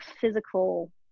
physical